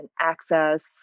access